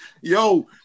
Yo